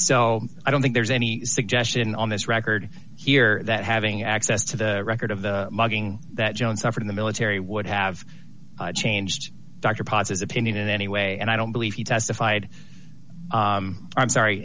so i don't think there's any suggestion on this record here that having access to the record of the mugging that john suffered in the military would have changed dr pass opinion in any way and i don't believe he testified i'm sorry